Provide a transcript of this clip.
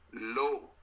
low